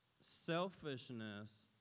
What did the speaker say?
selfishness